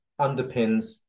underpins